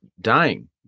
dying